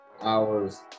hours